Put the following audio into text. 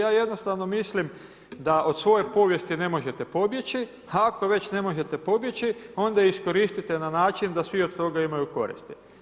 Ja jednostavno mislim da od svoje povijesti ne možete povijesti, ako već ne možete pobjeći, onda ju iskoristite na način da svi od toga imaju koristi.